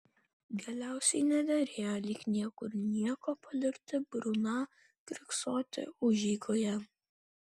galiausiai nederėjo lyg niekur nieko palikti bruną kiurksoti užeigoje